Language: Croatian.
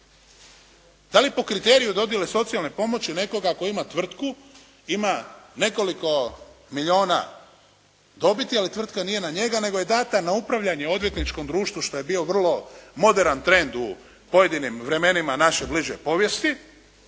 Da li po kriteriju dodjele socijalne pomoći nekoga tko ima tvrtku, ima nekoliko milijuna dobiti ali tvrtka nije na njega nego je dana na upravljanje odvjetničkom društvu što je bio vrlo moderan trend u pojedinim vremenima naše bliže povijesti